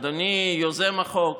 אדוני יוזם החוק,